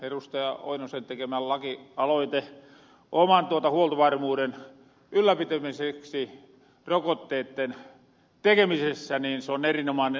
lauri oinosen tekemä lakialoite oman huoltovarmuuden ylläpitämiseksi rokotteitten tekemisessä on erinomainen aloite